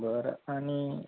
बर आणि